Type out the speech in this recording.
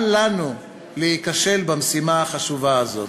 אל לנו להיכשל במשימה החשובה הזאת.